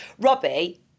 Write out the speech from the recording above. Robbie